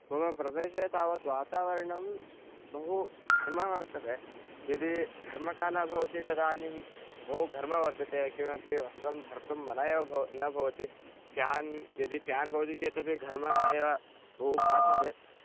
मम प्रदेशे तावत् वातावरणं बहु घर्मः वर्तते यदि घर्मकालः भवति तदानीं बहुघर्मः वर्तते किमपि वस्त्रं धर्तुं मनः एव भ न भवति फ़्यान् यदि फ़्यान् भवति चेदपि घर्मः एव बहु भासते